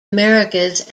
americas